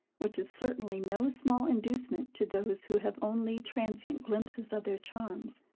which is certainly no small inducement to those, who have only transient glimpses of their charms,